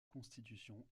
constitution